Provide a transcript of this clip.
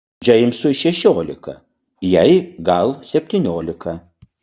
džeimsui šešiolika jai gal septyniolika